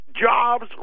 jobs